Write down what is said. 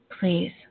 Please